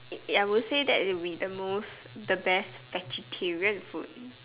ya we'll say that it'll be the most the best vegetarian food